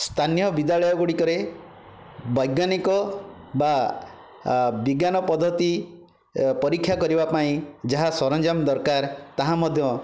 ସ୍ଥାନୀୟ ବିଦ୍ୟାଳୟ ଗୁଡ଼ିକରେ ବୈଜ୍ଞାନିକ ବା ବିଜ୍ଞାନ ପଦ୍ଧତି ପରୀକ୍ଷା କରିବା ପାଇଁ ଯାହା ସରଞ୍ଜାମ ଦରକାର ତାହା ମଧ୍ୟ